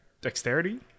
dexterity